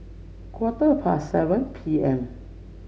quarter past seven P M